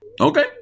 Okay